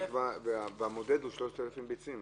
המודד הוא 3,000 ביצים.